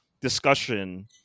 discussion